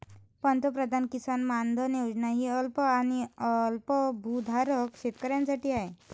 पंतप्रधान किसान मानधन योजना ही अल्प आणि अल्पभूधारक शेतकऱ्यांसाठी आहे